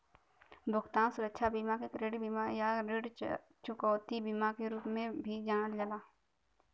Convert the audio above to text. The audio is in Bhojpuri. भुगतान सुरक्षा बीमा के क्रेडिट बीमा या ऋण चुकौती बीमा के रूप में भी जानल जाला